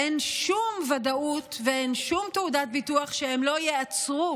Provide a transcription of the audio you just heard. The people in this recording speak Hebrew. אין שום ודאות ואין שום תעודת ביטוח שהם לא ייעצרו